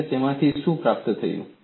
અને તમે તેમાંથી શું પ્રાપ્ત કર્યું છે